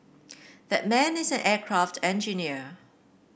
that man is an aircraft engineer